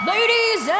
Ladies